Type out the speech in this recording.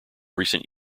recent